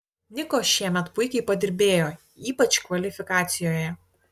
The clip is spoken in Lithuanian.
niko šiemet puikiai padirbėjo ypač kvalifikacijoje